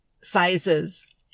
sizes